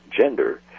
gender